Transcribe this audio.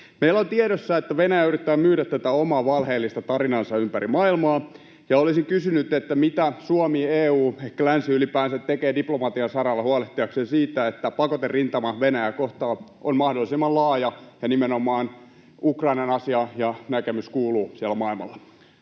Meillä on tiedossa, että Venäjä yrittää myydä tätä omaa valheellista tarinaansa ympäri maailmaa, ja olisin kysynyt: mitä Suomi ja EU, ehkä länsi ylipäänsä, tekee diplomatian saralla huolehtiakseen siitä, että pakoterintama Venäjää kohtaan on mahdollisimman laaja ja nimenomaan Ukrainan asia ja näkemys kuuluvat siellä maailmalla?